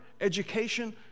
education